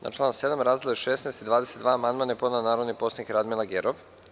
Na član 7. razdele 16 i 22, amandman je podnela narodni poslanik Radmila Gerov.